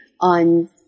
on